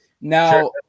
Now